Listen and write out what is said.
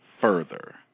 further